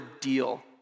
deal